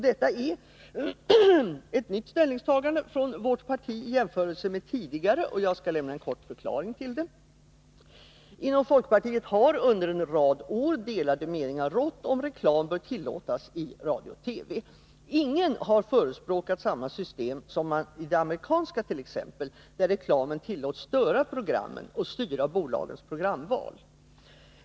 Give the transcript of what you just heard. Detta är ett nytt ställningstagande av vårt parti i jämförelse med tidigare, och jag skall lämna en kort förklaring till det. Inom folkpartiet har under en rad år delade meningar rått om huruvida reklam bör tillåtas i radio och TV eller inte. Ingen har förespråkat ett system av samma typ som det amerikanska t.ex., där reklamen tillåts att störa programmen och styra bolagens programval.